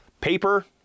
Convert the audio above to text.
paper